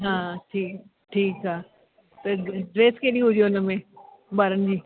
हा ठी ठीकु आहे त ड्रेस कहिड़ी हुजे हुन में ॿारनि जी